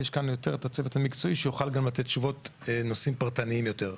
יש כאן יותר את הצוות המקצועי שיוכל לתת תשובות בנושאים פרטניים יותר.